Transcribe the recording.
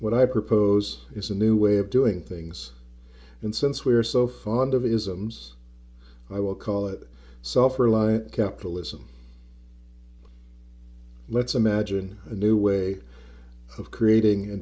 what i propose is a new way of doing things and since we're so fond of isms i will call it self reliant capitalism let's imagine a new way of creating a